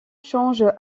change